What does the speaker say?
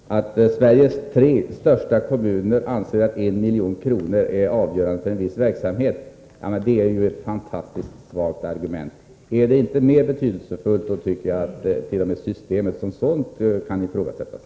Herr talman! Att Sveriges tre största kommuner anser att 1 milj.kr. är avgörande för en viss verksamhet är ett fantastiskt svagt argument. Är det inte mer betydelsefullt, tycker jag att t.o.m. systemet som sådant kan ifrågasättas.